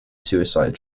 suicide